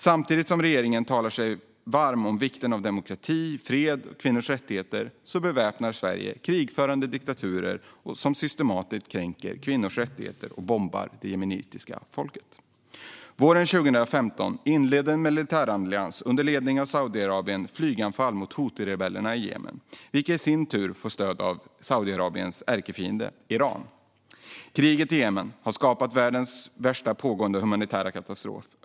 Samtidigt som regeringen talar sig varm för vikten av demokrati, fred och kvinnors rättigheter beväpnar Sverige krigförande diktaturer som systematiskt kränker kvinnors rättigheter och bombar det jemenitiska folket. Våren 2015 inledde en militärallians under ledning av Saudiarabien flyganfall mot huthirebellerna i Jemen, vilka i sin tur får stöd från Saudiarabiens ärkefiende Iran. Kriget i Jemen har skapat världens värsta pågående humanitära katastrof.